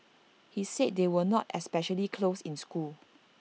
he said they were not especially close in school